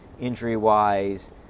injury-wise